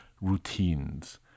routines